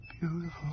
Beautiful